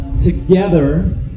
together